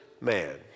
man